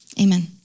amen